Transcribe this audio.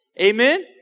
Amen